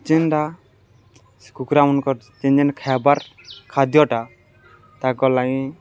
ଯେନ୍ଟା କୁକୁରାମାନ୍କର୍ ଯେନ୍ ଯେନ୍ ଖାଏବାର୍ ଖାଦ୍ୟଟା ତାକର୍ ଲାଗି